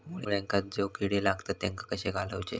मुळ्यांका जो किडे लागतात तेनका कशे घालवचे?